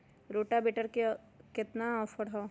Rotavator पर केतना offer हव?